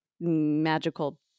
magical